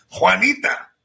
Juanita